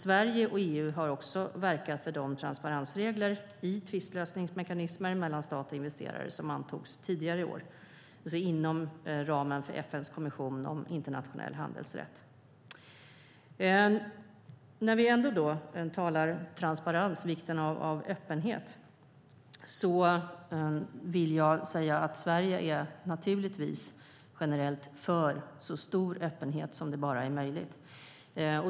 Sverige och EU har också verkat för de transparensregler i tvistlösningsmekanismer mellan stat och investerare som antogs tidigare i år inom ramen för FN:s konvention om internationell handelsrätt. När vi ändå talar om transparens, vikten av öppenhet, vill jag säga att Sverige naturligtvis generellt är för så stor öppenhet som det bara är möjligt.